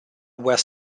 were